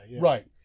Right